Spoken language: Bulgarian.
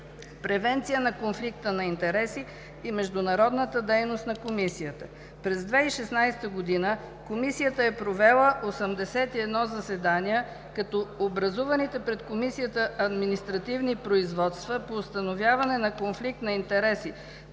превенция на конфликта на интереси и международната дейност на Комисията. През 2016 г. Комисията е провела 81 заседания, като образуваните пред комисията административни производства по установяване на конфликт на интереси